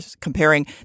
comparing